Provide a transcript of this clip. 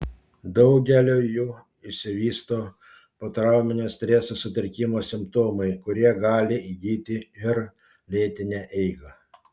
daugeliui jų išsivysto potrauminio streso sutrikimo simptomai kurie gali įgyti ir lėtinę eigą